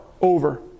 over